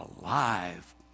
alive